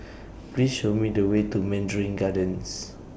Please Show Me The Way to Mandarin Gardens